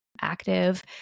active